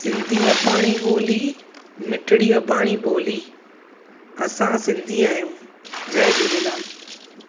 सिंधी अॿाणी ॿोली मिठणी अॿाणी ॿोली असां सिंधी आहियूं जय झूलेलाल